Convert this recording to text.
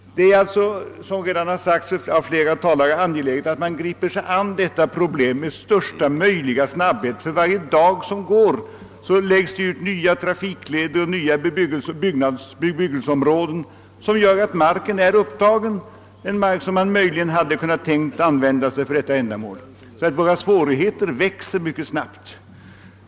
Det är alltså, såsom flera talare framhållit, angeläget att man angriper detta problem med största möjliga snabbhet. För varje dag som går läggs det ut nya trafikleder och bebyggelseområden, som gör att mark som man möjligen tänkt sig använda för detta ändamål blir upptagen. Svårigheterna växer således mycket snabbt.